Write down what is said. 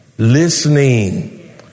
Listening